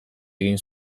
egin